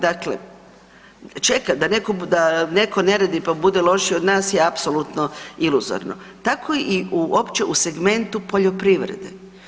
Dakle, čekati, da netko ne radi, pa bude lošiji od nas je apsolutno iluzorno, tako i u opće u segmentu poljoprivrede.